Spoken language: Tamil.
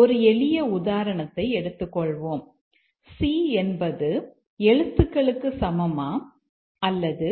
ஒரு எளிய உதாரணத்தை எடுத்துக் கொள்வோம் c என்பது எழுத்துக்களுக்கு சமமா அல்லது